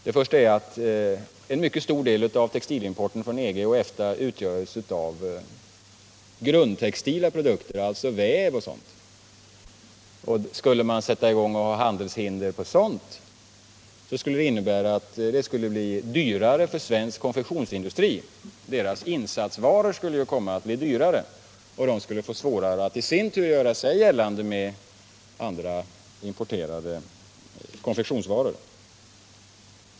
Den första är att en mycket stor del av textilimporten från EG och EFTA utgörs av grundtextila produkter, alltså väv o. d. Skulle man sätta i gång med handelshinder mot sådant, så skulle det bli dyrare för svensk konfektionsindustri. Dess insatsvaror skulle ju komma att bli dyrare, och den skulle få svårare att i sin tur göra sig gällande gentemot importerade konfektionsvaror.